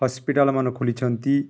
hospital ମାନ ଖୋଲିଛନ୍ତି